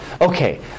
okay